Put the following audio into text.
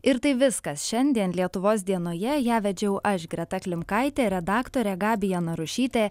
ir tai viskas šiandien lietuvos dienoje ją vedžiau aš greta klimkaitė redaktorė gabija narušytė